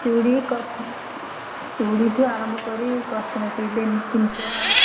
ଚୁଡ଼ି ଚୁଡ଼ିଠୁ ଆରମ୍ଭ କରି କସ୍ମେଟିକ୍ ଜିନିଷ